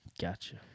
Gotcha